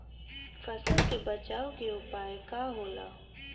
फसल के बचाव के उपाय का होला?